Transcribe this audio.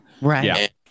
Right